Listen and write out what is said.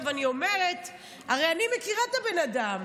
הרי אני מכירה את הבן אדם.